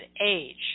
age